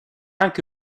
anche